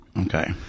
Okay